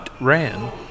ran